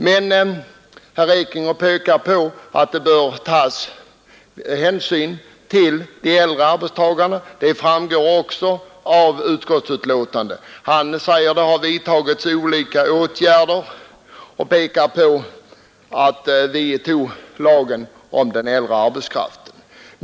Herr Ekinge pekar på att det bör tas hänsyn till de äldre arbetstagarna. Det framgår också av utskottsbetänkandet. Han säger att det redan har vidtagits olika åtgärder och erinrar om att vårriksdagen antog lagen om stöd åt den äldre arbetskraften.